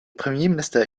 premierminister